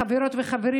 חברות וחברים,